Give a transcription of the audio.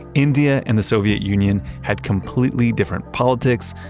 india and the soviet union had completely different politics,